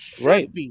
right